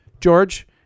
George